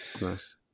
Nice